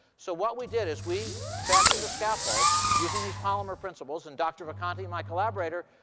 so what we did is we fashioned a scaffold using these polymer principles, and dr. vicante, my collaborator,